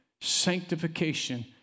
sanctification